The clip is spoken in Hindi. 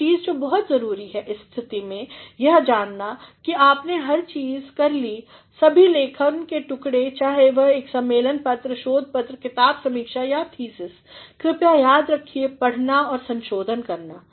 एक चीज़ जो बहुत ज़रूरी है इस स्थित में है जानना कि आपने हर चीज़ कर ली सभी लेखन के टुकड़े चाहे वह है सम्मेलन पत्र शोध पत्र किताब समीक्षा या थीसिस कृपया याद रखिए पढ़ना औरसंशोधनकरना